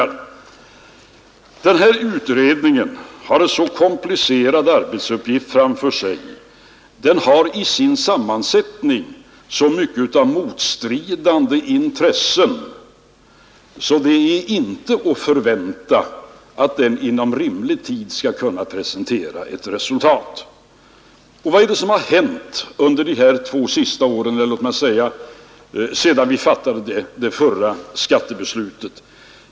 Nej, den här utredningen har en så komplicerad uppgift framför sig och den har i sin sammansättning så mycket av motstridande intressen, att det inte är att förvänta att den inom rimlig tid skall kunna presentera ett resultat. Och vad är det som har hänt under de två senaste åren, eller låt mig säga sedan vi fattade det förra skattebeslutet?